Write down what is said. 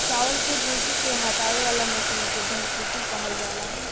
चावल के भूसी के हटावे वाला मशीन के धन कुटी कहल जाला